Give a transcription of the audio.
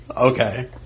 Okay